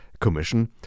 Commission